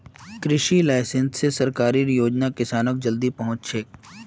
कृषि लाइसेंस स सरकारेर योजना किसानक जल्दी पहुंचछेक